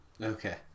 Okay